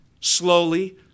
slowly